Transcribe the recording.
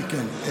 כן, כן.